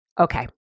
Okay